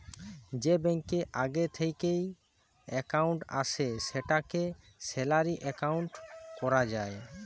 যে ব্যাংকে আগে থিকেই একাউন্ট আছে সেটাকে স্যালারি একাউন্ট কোরা যায়